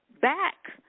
back